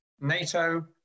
NATO